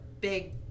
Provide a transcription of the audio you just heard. big